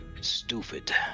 stupid